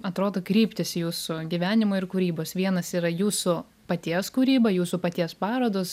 atrodo kryptis jūsų gyvenimo ir kūrybos vienas yra jūsų paties kūryba jūsų paties parodos